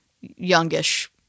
youngish